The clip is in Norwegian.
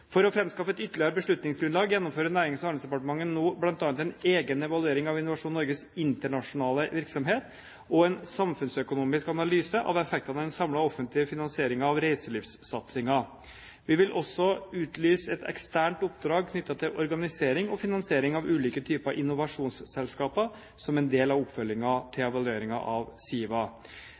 For å framskaffe et ytterligere beslutningsgrunnlag gjennomfører Nærings- og handelsdepartementet nå bl.a. en egen evaluering av Innovasjon Norges internasjonale virksomhet og en samfunnsøkonomisk analyse av effektene av den samlede offentlige finansieringen av reiselivssatsingen. Vi vil også utlyse et eksternt oppdrag knyttet til organisering og finansiering av ulike typer innovasjonsselskaper som en del av oppfølgingen til evalueringen av SIVA.